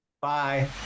Bye